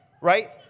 right